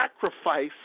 sacrifice